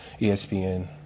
ESPN